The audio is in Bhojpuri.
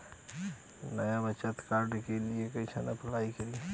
नया बचत कार्ड के लिए कइसे अपलाई करी?